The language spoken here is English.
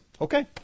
Okay